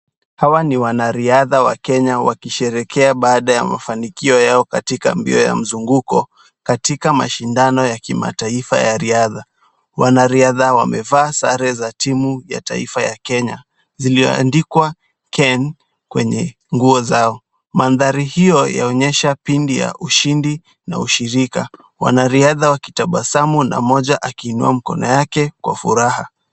Hawa ni wanariadha wa Kenya wakisherekea baada ya mafanikio yao katika mbio ya mzunguko. Katika mashindano ya kimataifa ya riadha, wanariadha wamevaa sare za timu ya taifa ya Kenya zilioandikwa KEN kwenye nguo zao. Mandhari hiyo yaonyesha kipindi ya ushindi na ushirika. Wanariadha wakitabasamu, na mmoja akiinua mkono yake kwa furaha.